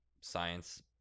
science